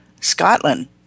Scotland